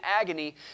agony